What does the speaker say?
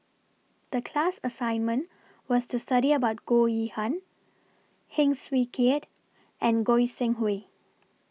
The class assignment was to study about Goh Yihan Heng Swee Keat and Goi Seng Hui